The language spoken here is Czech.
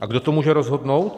A kdo to může rozhodnout?